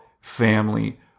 family